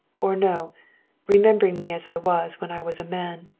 or no remembering me as i was when i was a man.